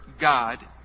God